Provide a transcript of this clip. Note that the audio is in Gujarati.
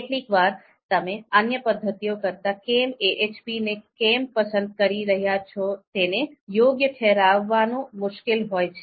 કેટલીકવાર તમે અન્ય પદ્ધતિઓ કરતા કેમ AHP ને કેમ પસંદ કરી રહ્યા છો તેને યોગ્ય ઠેરવવાનું મુશ્કેલ હોય છે